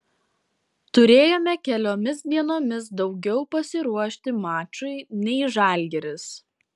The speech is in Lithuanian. turėjome keliomis dienomis daugiau pasiruošti mačui nei žalgiris